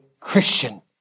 Christian